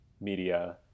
media